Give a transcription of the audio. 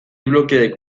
blokeek